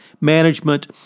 management